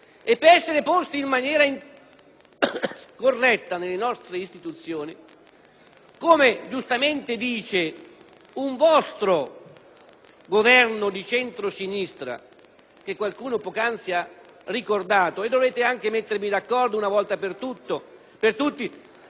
corretta nelle nostre istituzioni, come giustamente afferma una vostra amministrazione di centrosinistra, che qualcuno poc'anzi ha ricordato; e dovrete anche mettervi d'accordo una volta per tutte tra ciò che affermate in Parlamento